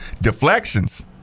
Deflections